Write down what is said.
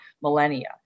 millennia